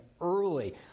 early